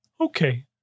Okay